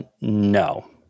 No